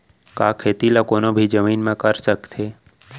का खेती ला कोनो भी जमीन म कर सकथे?